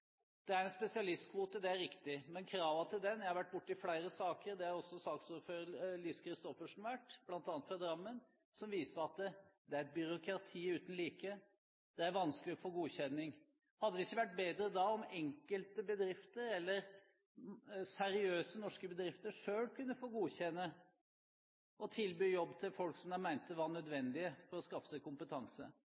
Det er en spesialistkvote, det er riktig, men kravene til den – jeg har vært borti flere saker, og det har også saksordføreren, Lise Christoffersen, vært, bl.a. i Drammen – viser at det er et byråkrati uten like. Det er vanskelig å få godkjenning. Hadde det ikke vært bedre om seriøse norske bedrifter selv kunne få godkjenne og tilby jobb til folk som de mente var